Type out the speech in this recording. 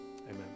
amen